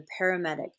paramedic